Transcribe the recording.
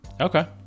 okay